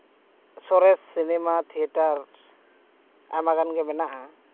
ᱥᱚᱨᱮᱥ cinema theatre ᱟᱭᱢᱟ ᱜᱟᱱ ᱜᱮ ᱢᱮᱱᱟᱜᱼᱟ